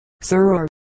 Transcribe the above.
sir